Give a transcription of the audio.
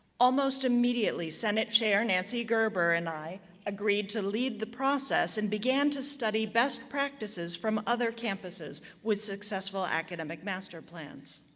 almost immediately, senate chair nancy gerber and i agreed to lead the process, and began to study best practices from other campuses with successful academic master plans.